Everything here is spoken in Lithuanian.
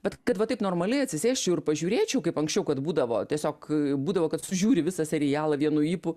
bet kad va taip normaliai atsisėsčiau ir pažiūrėčiau kaip anksčiau kad būdavo tiesiog būdavo kad sužiūri visą serialą vienu ypu